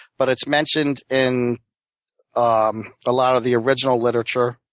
but it's mentioned in um a lot of the original literature,